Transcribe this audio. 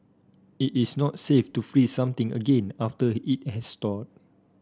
it is not safe to freeze something again after it has thawed